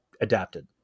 adapted